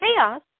chaos